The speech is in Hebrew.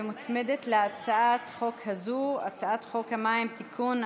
מוצמדת להצעת החוק הזו הצעת חוק המים (תיקון,